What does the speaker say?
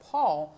Paul